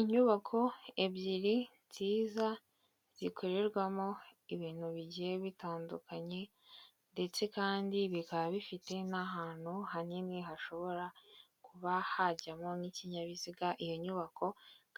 Inyubako ebyiri nziza zikorerwamo ibintu bigiye bitandukanye ndetse kandi bikaba bifite n'ahantu hanini hashobora kuba hajyamo n'ikinyabiziga iyo nyubako